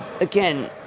Again